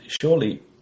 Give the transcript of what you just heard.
surely